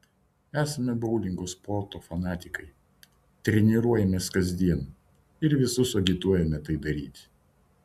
esame boulingo sporto fanatikai treniruojamės kasdien ir visus agituojame tai daryti